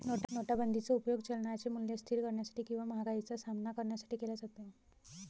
नोटाबंदीचा उपयोग चलनाचे मूल्य स्थिर करण्यासाठी किंवा महागाईचा सामना करण्यासाठी केला जातो